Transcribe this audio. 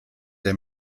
der